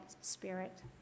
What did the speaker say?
spirit